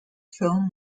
film